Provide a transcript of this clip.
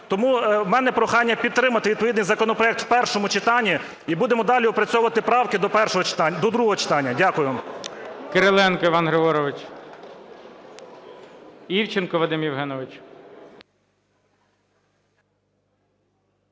Тому в мене прохання підтримати відповідний законопроект у першому читанні, і будемо далі опрацьовувати правки до другого читання. Дякую.